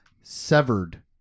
Severed